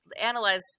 analyze